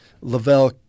Lavelle